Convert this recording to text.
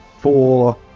four